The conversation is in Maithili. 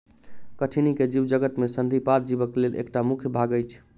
कठिनी जीवजगत में संधिपाद जीवक लेल एकटा मुख्य भाग अछि